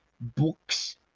books